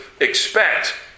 expect